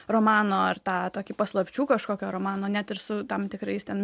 romano ar tą tokį paslapčių kažkokio romano net ir su tam tikrais ten